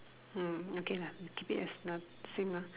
orh okay lah keep it as same lah